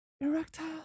Erectile